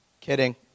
Kidding